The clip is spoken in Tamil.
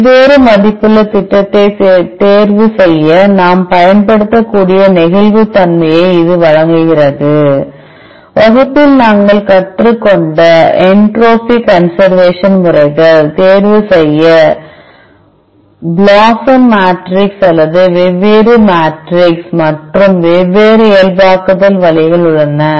வெவ்வேறு மதிப்புள்ள திட்டத்தைத் தேர்வுசெய்ய நாம் பயன்படுத்தக்கூடிய நெகிழ்வுத்தன்மையை இது வழங்குகிறது வகுப்பில் நாங்கள் கற்றுக்கொண்ட என்ட்ரோபி கன்சர்வேஷன் முறைகள் தேர்வு செய்ய blosum மேட்ரிக்ஸ் அல்லது வெவ்வேறு மேட்ரிக்ஸ் மற்றும் வெவ்வேறு இயல்பாக்குதல் வழிகள் உள்ளன